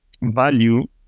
value